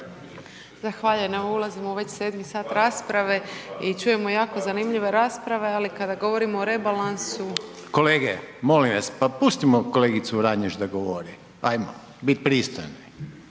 Zahvaljujem. Evo ulazimo već u 7.mi sat rasprave i čujemo jako zanimljive rasprave ali kada govorimo o rebalansu… …/Upadica Reiner: Pa kolege molim vas, pa pustimo kolegicu Vranješ da govori, ajmo biti pristojni.